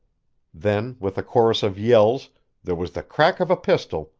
then with a chorus of yells there was the crack of a pistol,